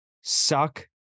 suck